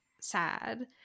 sad